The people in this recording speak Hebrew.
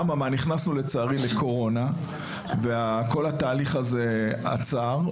אהממה, נכנסו לצערי לקורונה, וכל התהליך הזה עצר.